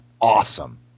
awesome